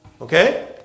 Okay